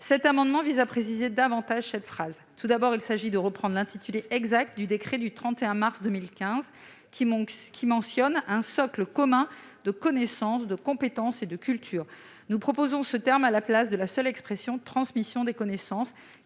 Cet amendement vise à préciser davantage cette phrase. Tout d'abord, il s'agit de reprendre l'intitulé exact du décret du 31 mars 2015 qui mentionne « un socle commun de connaissances, de compétences et de culture ». Nous préférons cette dernière phrase à l'expression « transmission des connaissances »,